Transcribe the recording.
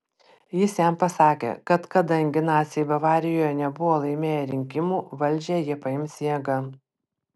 jis jam pasakė kad kadangi naciai bavarijoje nebuvo laimėję rinkimų valdžią jie paims jėga